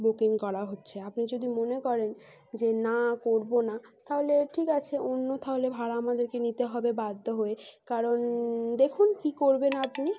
booking করা হচ্ছে আপনি যদি মনে করেন যে না করব না তাহলে ঠিক আছে অন্য তাহলে ভাড়া আমাদেরকে নিতে হবে বাধ্য হয়ে কারণ দেখুন কী করবেন আপনি